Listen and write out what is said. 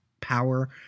power